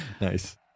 Nice